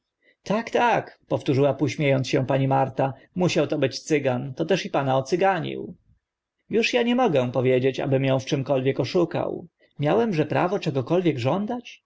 tak tak przywtórzyła pół śmie ąc się pani marta musiał to być cygan toteż i pana ocyganił już to nie mogę powiedzieć aby mię w czymkolwiek oszukał miałemże prawo czegokolwiek żądać